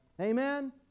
Amen